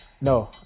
No